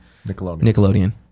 Nickelodeon